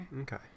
okay